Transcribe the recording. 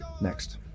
next